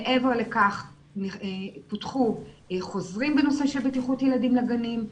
מעבר לכך פותחו חוזרים בנושא של בטיחות ילדים לגנים,